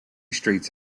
streets